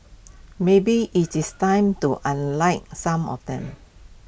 maybe IT is time to unlike some of them